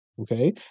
okay